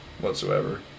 whatsoever